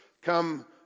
come